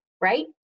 right